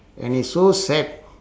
and it's so sad